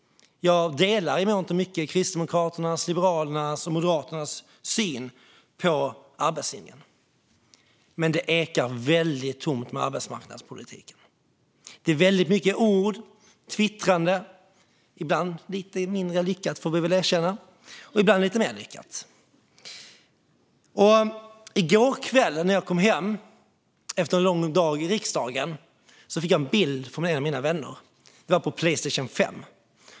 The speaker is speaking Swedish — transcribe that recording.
Jag delar i mångt och mycket Kristdemokraternas, Liberalernas och Moderaternas syn på arbetslinjen, men det ekar väldigt tomt om arbetsmarknadspolitiken. Det är väldigt mycket ord och twittrande, ibland lite mindre lyckat får man väl erkänna, ibland lite mer lyckat. I går kväll när jag kom hem efter en lång dag i riksdagen fick jag bild från en av mina vänner. Det var på Playstation 5.